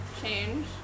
Change